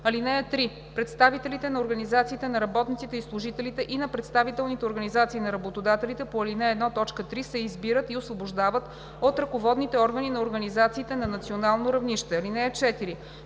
(3) Представителите на организациите на работниците и служителите и на представителните организации на работодателите по ал. 1, т. 3 се избират и освобождават от ръководните органи на организациите на национално равнище. (4)